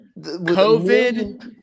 COVID